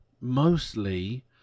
mostly